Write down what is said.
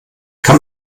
kann